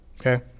okay